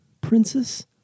Princess